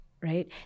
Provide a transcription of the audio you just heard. right